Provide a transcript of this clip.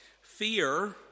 Fear